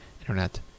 internet